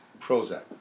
Prozac